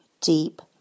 deep